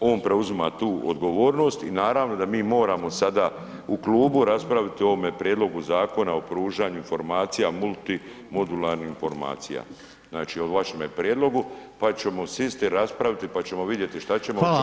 on preuzima tu odgovornost i naravno da mi moramo sada u klubu raspraviti o ovome Prijedlogu Zakona o pružanju informacija o multimodalnim informacija, znači o vašemu prijedlogu pa ćemo sjesti, raspraviti pa ćemo vidjeti šta ćemo ... Hvala lijepo.